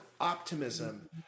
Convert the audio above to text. optimism